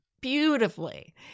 beautifully